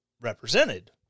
represented